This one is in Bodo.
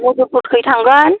मुसुलफुरखै थांगोन